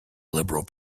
liberal